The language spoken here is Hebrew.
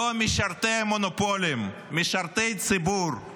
לא משרתי מונופולים, משרתי ציבור.